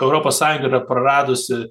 europos sąjunga yra praradusi